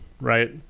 right